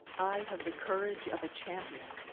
i have the courage of a champion.